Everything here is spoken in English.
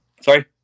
Sorry